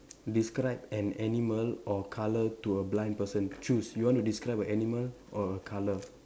describe an animal or colour to a blind person choose you want to describe an animal or a colour